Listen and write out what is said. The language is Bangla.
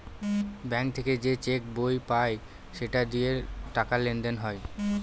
ব্যাঙ্ক থেকে যে চেক বই পায় সেটা দিয়ে টাকা লেনদেন হয়